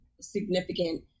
significant